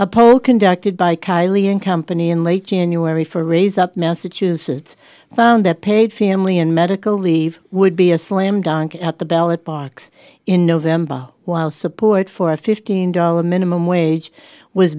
a poll conducted by kiley and company in late january for raise up massachusetts found that paid family and medical leave would be a slam dunk at the ballot box in november while support for a fifteen dollar minimum wage was